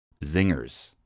Zingers